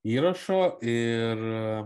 įrašo ir